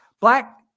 black